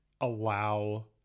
allow